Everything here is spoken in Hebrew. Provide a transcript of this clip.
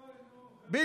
אוי נו, מה יהיה איתכם?